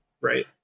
right